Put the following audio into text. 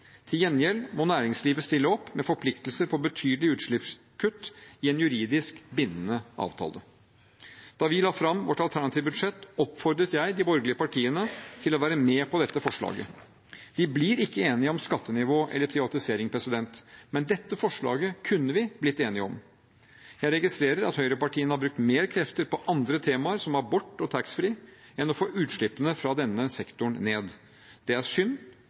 Til gjengjeld må næringslivet stille opp med forpliktelser om betydelige utslippskutt i en juridisk bindende avtale. Da vi la fram vårt alternative budsjett, oppfordret jeg de borgerlige partiene til å være med på dette forslaget. Vi blir ikke enige om skattenivå eller privatisering, men dette forslaget kunne vi blitt enige om. Jeg registrerer at høyrepartiene har brukt mer krefter på andre temaer, som abort og taxfree, enn på å få utslippene fra denne sektoren ned. Det er synd.